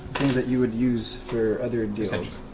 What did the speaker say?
things that you would use for other deals.